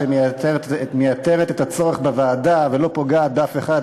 שמייתרת את הצורך בוועדה ולא פוגעת באף אחד,